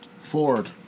Ford